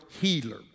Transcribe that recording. healer